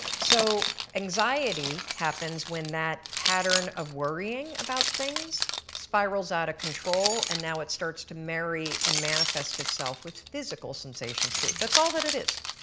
so anxiety happens when that pattern of worrying about things spirals out of control and now it starts to marry and manifest itself with physical sensations too, that's all that it is.